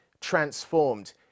transformed